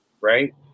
right